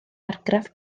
argraff